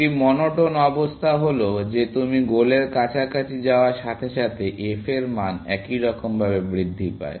একটি মনোটোন অবস্থা হল যে তুমি গোলের কাছাকাছি যাওয়ার সাথে সাথে f এর মান একইরকম ভাবে বৃদ্ধি পায়